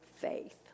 faith